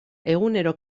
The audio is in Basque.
egunero